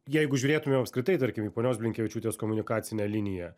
jeigu žiūrėtumėm apskritai tarkim į ponios blinkevičiūtės komunikacinę liniją